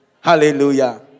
Hallelujah